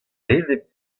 enep